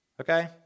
Okay